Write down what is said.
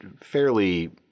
fairly